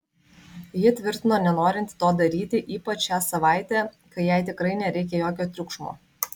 ji tvirtino nenorinti to daryti ypač šią savaitę kai jai tikrai nereikia jokio triukšmo